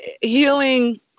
healing